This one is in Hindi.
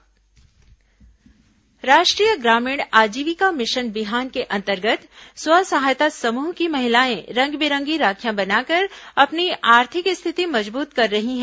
बिहान राखी राष्ट्रीय ग्रामीण आजीविका मिशन बिहान के अंतर्गत स्व सहायता समूह की महिलाएं रंग बिरंगी राखियां बनाकर अपनी आर्थिक रिथति मजबूत कर रही हैं